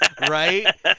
Right